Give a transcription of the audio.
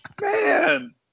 Man